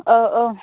अ अ